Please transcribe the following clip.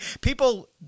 People